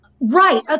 right